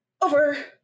over